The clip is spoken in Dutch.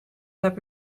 heb